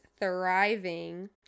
thriving